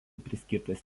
paskirtas